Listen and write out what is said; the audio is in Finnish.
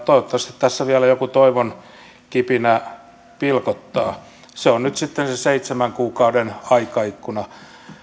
toivottavasti tässä vielä joku toivon kipinä pilkottaa se on nyt sitten se seitsemän kuukauden aikaikkuna